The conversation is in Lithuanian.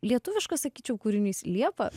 lietuviškas sakyčiau kūrinys liepa